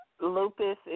Lupus